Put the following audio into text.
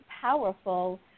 powerful